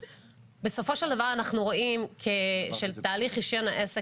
בסופו של דבר אנחנו רואים שתהליך רישיון העסק